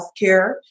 healthcare